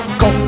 go